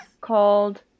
called